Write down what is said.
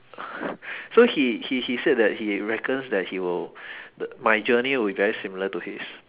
so he he he said that he reckons that he will my journey will be very similar to his